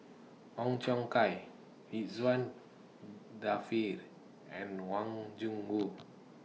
Ong Siong Kai Ridzwan Dzafir and Wang Gungwu